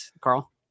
Carl